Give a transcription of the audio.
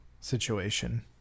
situation